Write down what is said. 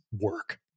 work